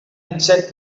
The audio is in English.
exact